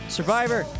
Survivor